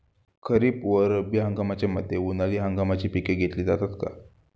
खरीप व रब्बी हंगामाच्या मध्ये उन्हाळी हंगामाची पिके घेतली जातात का?